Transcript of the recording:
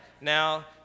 Now